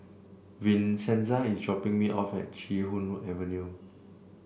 Vincenza is dropping me off at Chee Hoon Avenue